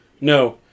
no